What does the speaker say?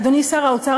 אדוני שר האוצר,